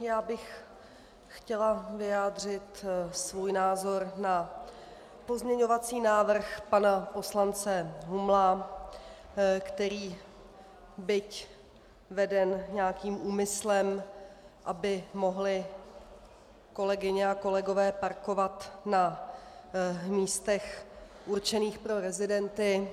Já bych chtěla vyjádřit svůj názor na pozměňovací návrh pana poslance Humla, který, byť veden nějakým úmyslem, aby mohli kolegyně a kolegové parkovat na místech určených pro rezidenty,